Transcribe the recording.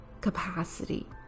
capacity